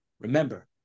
remember